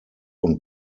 und